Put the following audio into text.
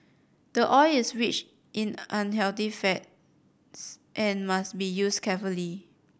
the oil is rich in unhealthy fats and must be used carefully